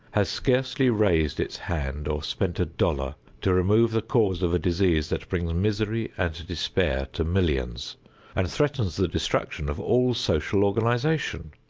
has scarcely raised its hand or spent a dollar to remove the cause of a disease that brings misery and despair to millions and threatens the destruction of all social organization!